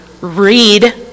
read